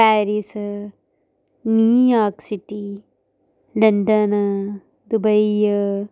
Paris New York city London Dubai